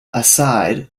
aside